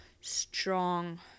strong